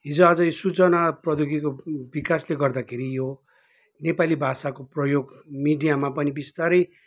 हिजोआज यो सूचना प्रद्योगिकीको विकासले गर्दाखेरि यो नेपाली भाषाको प्रयोग मिडियामा पनि बिस्तारै